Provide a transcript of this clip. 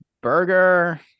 Burger